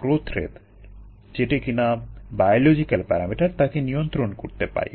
growth rate যেটি কিনা একটি বায়োলোজিকাল প্যারামিটার তাকে নিয়ন্ত্রণ করতে পারি